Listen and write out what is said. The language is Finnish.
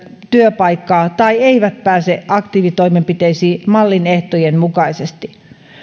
työpaikkaa tai eivät pääse aktiivitoimenpiteisiin mallin ehtojen mukaisesti